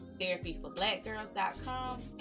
therapyforblackgirls.com